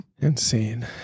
Insane